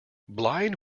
blind